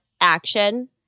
action